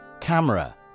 Camera